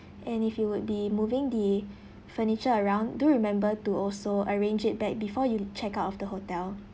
and if you would be moving the furniture around do remember to also arrange it back before you check out of the hotel